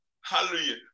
hallelujah